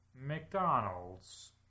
mcdonald's